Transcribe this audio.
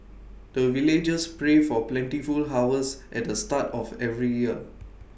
the villagers pray for plentiful harvest at the start of every year